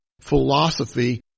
philosophy